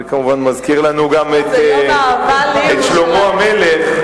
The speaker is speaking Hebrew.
זה כמובן מזכיר לנו גם את שלמה המלך.